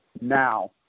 now